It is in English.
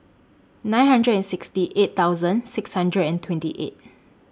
nine hundred and sixty eight thousand six hundred and twenty eight